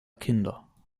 kinder